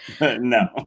No